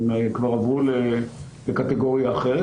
הם כבר עברו לקטגוריה אחרת.